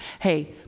hey